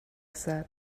said